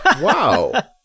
Wow